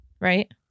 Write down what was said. right